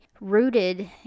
rooted